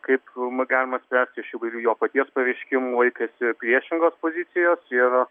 kaip galima spręst iš įvairių jo paties pareiškimų laikosi priešingos pozicijos ir